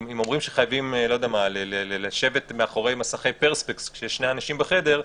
אם אומרים שחייבים לשבת מאחורי מסכי פרספקס כששני אנשים בחדר,